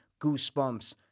Goosebumps